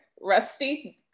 Rusty